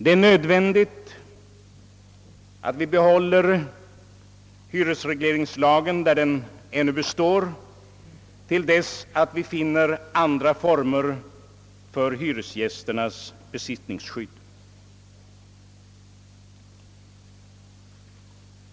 Det är nödvändigt att vi behåller hyresregleringslagen där den ännu består till dess vi funnit andra former mot oskäliga hyreshöjningar och garantier för hyresgästernas besittningsskydd.